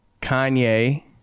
Kanye